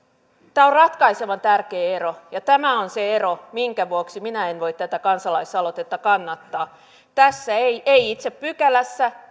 tämä on ratkaisevan tärkeä ero ja tämä on se ero minkä vuoksi minä en voi tätä kansalaisaloitetta kannattaa tässä ei ei itse pykälässä